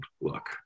look